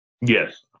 Yes